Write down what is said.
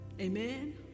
Amen